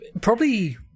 probably-